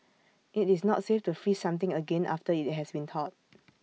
IT is not safe to freeze something again after IT has been thawed